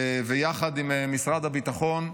ויחד עם משרד הביטחון,